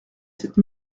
cette